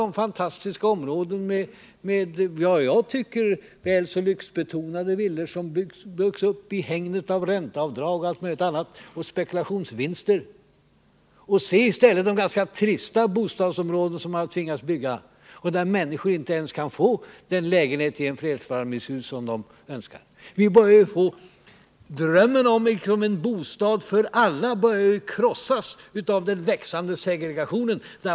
Det finns fantastiska områden där, som jag tycker, väl lyxbetonade villor har byggts upp i hägnet av ränteavdrag, spekulationsvinster och mycket annat. Å andra sidan har man också tvingats bygga ganska trista bostadsområden utan att ändå ge människor möjlighet att bo i en sådan flerfamiljshuslägenhet som de själva önskar sig. Drömmen om att alla skall ha en bostad börjar krossas av den växande segregationen.